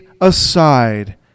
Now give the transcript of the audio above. aside